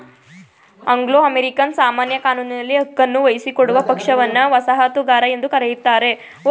Anglo American ಸಾಮಾನ್ಯ ಕಾನೂನಿನಲ್ಲಿ ಹಕ್ಕನ್ನು ವಹಿಸಿಕೊಡುವ ಪಕ್ಷವನ್ನ ವಸಾಹತುಗಾರ ಎಂದು ಕರೆಯುತ್ತಾರೆ